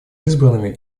избранными